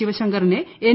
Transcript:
ശിവശങ്കറിനെ എൻ